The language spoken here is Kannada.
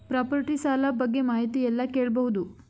ಪ್ರಾಪರ್ಟಿ ಸಾಲ ಬಗ್ಗೆ ಮಾಹಿತಿ ಎಲ್ಲ ಕೇಳಬಹುದು?